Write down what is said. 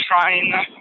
trying